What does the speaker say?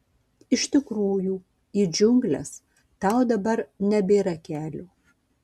iš tikrųjų į džiungles tau dabar nebėra kelio